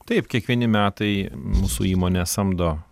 taip kiekvieni metai mūsų įmonė samdo